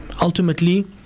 Ultimately